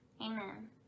Amen